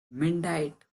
midnight